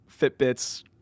Fitbits